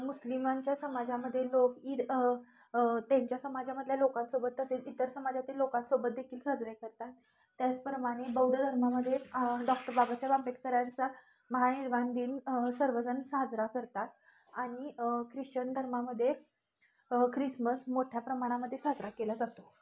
मुस्लिमांच्या समाजामध्ये लोक ईद त्यांच्या समाजामधल्या लोकांसोबत तसेच इतर समाजातील लोकांसोबत देखील साजरे करतात त्याचप्रमाणे बौद्ध धर्मामध्ये डॉक्टर बाबासाहेब आंबेडकरांचा महानिर्वाण दिन सर्वजण साजरा करतात आणि ख्रिश्चन धर्मामध्ये ख्रिसमस मोठ्या प्रमाणामध्ये साजरा केला जातो